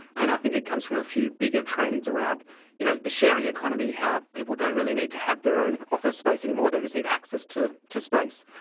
and i think it comes from a few bigger trends around you know the sharing economy, how people don't really need to have their own office space anymore, they just need access to to space.